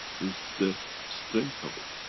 is the strength of it.